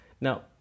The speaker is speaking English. Now